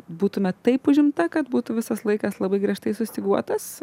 būtumėt taip užimta kad būtų visas laikas labai griežtai sustyguotas